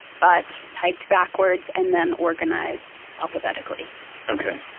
but typed backwards, and then organized alphabetically okay,